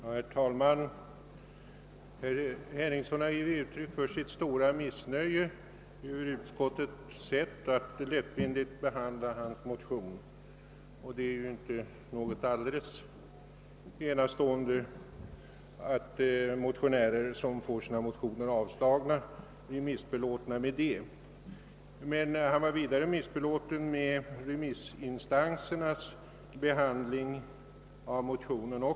Herr talman! Herr Henningsson har gett uttryck för sitt stora missnöje med utskottets, som han anser, lättvindiga sätt att behandla hans motion. Det är inte något alldeles enastående att motionärer som får sina motioner avstyrkta blir missbelåtna. Men herr Henningsson var också missbelåten med remissinstansernas behandling av motionen.